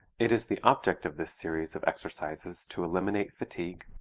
it is the object of this series of exercises to eliminate fatigue,